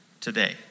today